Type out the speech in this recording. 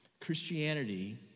Christianity